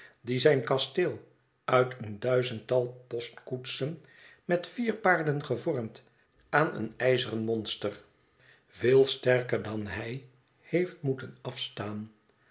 die zijn kasteel uit een duizendtal postkoetsen met vier paarden gevormd aan een ijzeren monster veel sterker dan hij heeft moeten afstaan